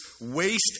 waste